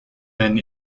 been